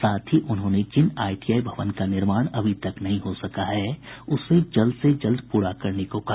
साथ ही उन्होंने जिन आईटीआई भवन का निर्माण अभी तक नहीं हो सका है उसे जल्द से जल्द पूरा करने को कहा